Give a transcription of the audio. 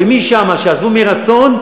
ומשם שיעזבו מרצון,